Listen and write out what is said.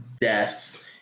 deaths